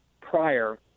prior